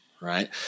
Right